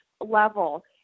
level